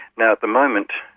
now, at the moment,